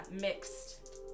Mixed